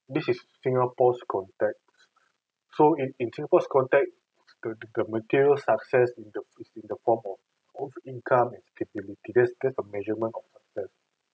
this is singapore's context so in in singapore's context the the the material success in the is in the form of both income and stability that that's the measurement of success